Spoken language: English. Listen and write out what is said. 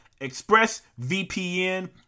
ExpressVPN